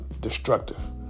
destructive